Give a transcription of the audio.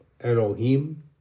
Elohim